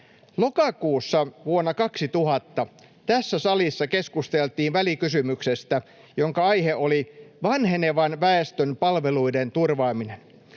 Lokakuussa vuonna 2000 tässä salissa keskusteltiin välikysymyksestä, jonka aihe oli ”Vanhenevan väestön palvelujen turvaaminen”.